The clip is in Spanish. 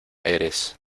eres